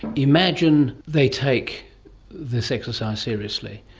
imagine they take this exercise seriously.